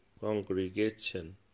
congregation